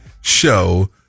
show